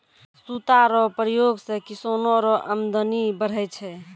सूता रो प्रयोग से किसानो रो अमदनी बढ़ै छै